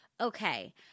okay